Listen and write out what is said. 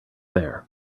there